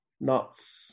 nuts